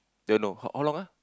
don't know how how long ah